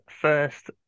first